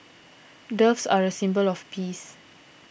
doves are a symbol of peace